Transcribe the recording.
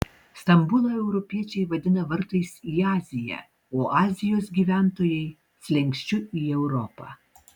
stambulą europiečiai vadina vartais į aziją o azijos gyventojai slenksčiu į europą